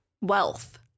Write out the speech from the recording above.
wealth